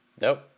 Nope